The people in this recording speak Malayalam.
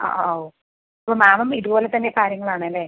ആ ആ ആ ഓ അപ്പോൾ മാമും ഇതുപോലെത്തന്നെ കാര്യങ്ങൾ ആണ് അല്ലെ